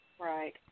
Right